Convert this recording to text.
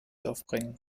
aufbringen